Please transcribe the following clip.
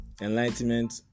enlightenment